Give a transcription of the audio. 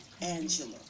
Angela